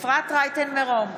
אפרת רייטן מרום,